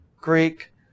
Greek